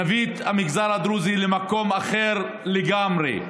ונביא את המגזר הדרוזי למקום אחר לגמרי.